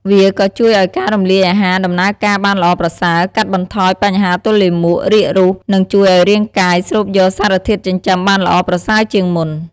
វាក៏ជួយឲ្យការរំលាយអាហារដំណើរការបានល្អប្រសើរ កាត់បន្ថយបញ្ហាទល់លាមក រាគរូស និងជួយឲ្យរាងកាយស្រូបយកសារធាតុចិញ្ចឹមបានល្អប្រសើរជាងមុន។